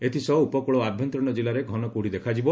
ଏଥିସହ ଉପକ୍ଳ ଓ ଆଭ୍ୟନ୍ତରୀଣ କିଲ୍ଲାରେ ଘନକୁହୁଡି ଦେଖାଯିବ